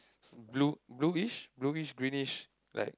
blue blueish blueish greenish like